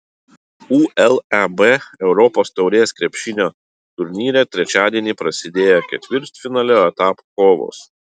uleb europos taurės krepšinio turnyre trečiadienį prasidėjo ketvirtfinalio etapo kovos